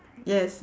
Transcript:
yes